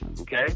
Okay